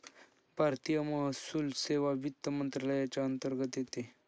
भारतीय महसूल सेवा वित्त मंत्रालयाच्या अंतर्गत येते